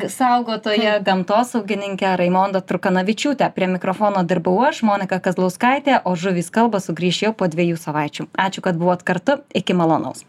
saugotoja gamtosaugininke raimonda trukanavičiūte prie mikrofono dar buvau aš monika kazlauskaitė o žuvys kalba sugrįš jau po dviejų savaičių ačiū kad buvot kartu iki malonaus